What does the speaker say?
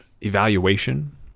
evaluation